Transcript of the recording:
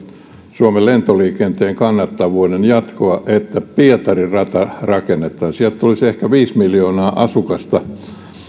suomen lentoliikenteen kannattavuuden jatkoa sitä että pietarin rata rakennettaisiin sieltä tulisi ehkä viisi miljoonaa ihmistä